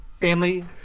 family